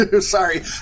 sorry